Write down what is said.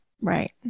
Right